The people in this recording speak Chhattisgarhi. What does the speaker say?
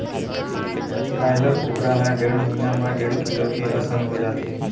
बायलर कुकरा ह डेढ़ महिना म डेढ़ किलो के असन हो जाथे